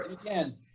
again